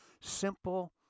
simple